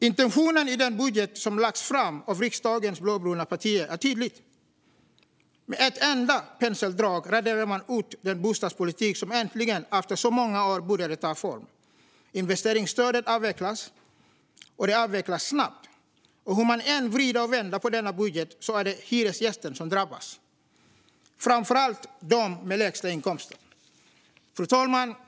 Intentionen i den budget som har lagts fram av riksdagens blåbruna partier är tydlig. Med ett enda penseldrag raderar man ut den bostadspolitik som äntligen, efter så många år, började ta form. Investeringsstödet avvecklas, och det avvecklas snabbt. Och hur vi än vrider och vänder på denna budget är det hyresgästerna som drabbas, framför allt de med lägst inkomster. Fru talman!